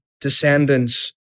descendants